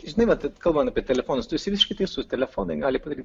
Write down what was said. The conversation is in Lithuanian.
žinai vat kalbant apie telefonus tu esi visiškai teisus telefonai gali padaryt